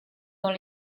dans